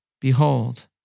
Behold